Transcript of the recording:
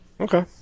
Okay